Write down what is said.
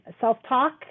self-talk